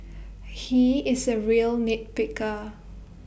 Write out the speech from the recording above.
he is A real nit picker